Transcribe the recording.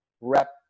rep